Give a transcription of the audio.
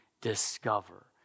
discover